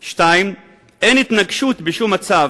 2. אין התנגשות בשום מצב